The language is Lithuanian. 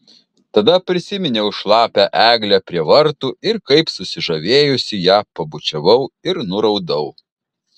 tada prisiminiau šlapią eglę prie vartų ir kaip susižavėjusi ją pabučiavau ir nuraudau